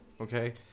okay